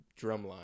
drumline